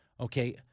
Okay